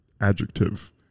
adjective